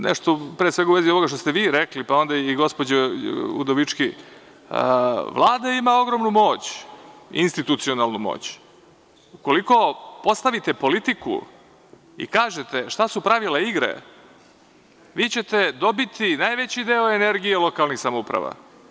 Nešto pre svega u vezi ovoga što ste vi rekli, pa onda i gospođe Udovički, Vlada ima ogromnu moć, institucionalnu moć, ukoliko postavite politiku i kažete šta su pravila igre, vi ćete dobiti najveći deo energije lokalnih samouprava.